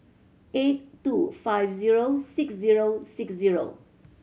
eight two five zero six zero six zero